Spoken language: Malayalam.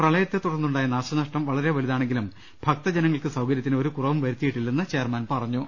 പ്രളയത്തെ തുടർന്നുണ്ടായ നാശനഷ്ടം വളരെ വലുതാണെങ്കിലും ഭക്തജനങ്ങൾക്ക് സൌകര്യ ത്തിന് ഒരു കുറവും വരുത്തിയിട്ടില്ലെന്ന് ചെയർമാൻ അറിയിച്ചു